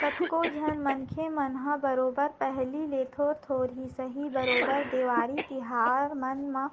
कतको झन मनखे मन ह बरोबर पहिली ले थोर थोर ही सही बरोबर देवारी तिहार मन म